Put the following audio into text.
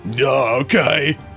Okay